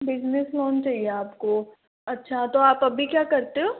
business loan चाहिए आपको अच्छा तो आप अभी क्या करते हो